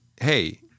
hey—